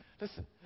listen